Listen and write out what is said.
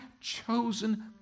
chosen